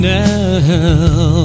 now